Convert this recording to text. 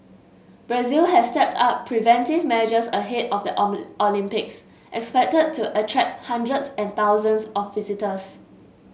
Brazil has stepped up preventive measures ahead of the Olympics expected to attract hundreds and thousands of visitors